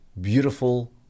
beautiful